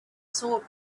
sword